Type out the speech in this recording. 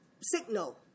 signal